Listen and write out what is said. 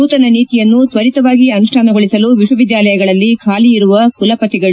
ನೂತನ ನೀತಿಯನ್ನು ತ್ವರಿತವಾಗಿ ಅನುಷ್ಠಾನಗೊಳಿಸಲು ವಿಶ್ವವಿದ್ಯಾಲಯಗಳಲ್ಲಿ ಖಾಲಿಯರುವ ಕುಲಪತಿಗಳು